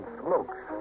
smokes